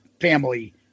family